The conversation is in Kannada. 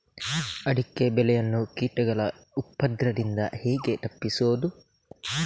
ಅಡಿಕೆ ಬೆಳೆಯನ್ನು ಕೀಟಗಳ ಉಪದ್ರದಿಂದ ಹೇಗೆ ತಪ್ಪಿಸೋದು?